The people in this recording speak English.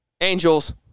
Angels